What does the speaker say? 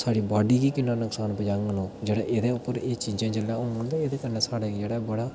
साढ़ी बॉडी गी किन्ना नुक्सान पजाङन ओह् बी एह्दे पर बी चीजां होङन ते एह्दे कन्नै साढ़े जेह्ड़ा बड़ा